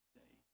day